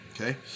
Okay